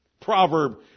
proverb